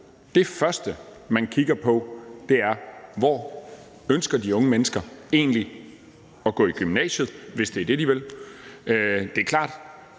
det første, man kigger på, er: Hvor ønsker de unge mennesker egentlig at gå i gymnasiet, hvis det er det, de vil? Det er klart,